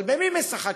אבל במי משחקים?